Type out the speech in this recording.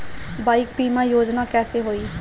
Bike बीमा योजना कैसे होई?